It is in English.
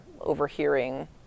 overhearing